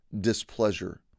displeasure